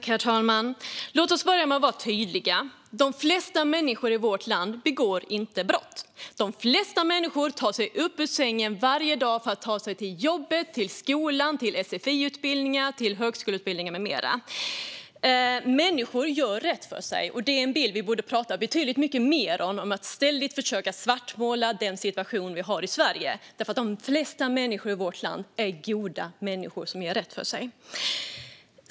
Herr talman! Låt oss börja med att vara tydliga: De flesta människor i vårt land begår inte brott. De flesta människor tar sig upp ur sängen varje dag för att ta sig till jobb, skola, sfi-utbildning, högskoleutbildning med mera. Människor gör rätt för sig. Det är en bild vi borde prata betydligt mer om i stället för att ständigt försöka svartmåla situationen i Sverige, därför att de flesta människor i vårt land är goda människor som gör rätt för sig.